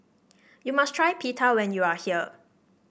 you must try Pita when you are here